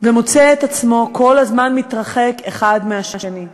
מוצא את עצמו כל הזמן מתרחק, אלה מאלה.